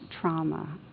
trauma